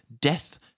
death